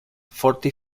forty